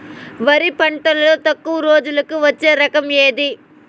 వరి పంటలో తక్కువ రోజులకి వచ్చే రకం ఏది?